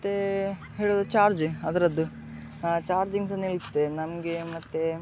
ಮತ್ತೆ ಹೇಳೋದು ಚಾರ್ಜ್ ಅದರದ್ದು ಚಾರ್ಜಿಂಗ್ ಸಹ ನಿಲ್ಲುತ್ತೆ ನಮಗೆ ಮತ್ತೆ